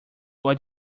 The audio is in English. what